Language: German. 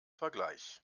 vergleich